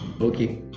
Okay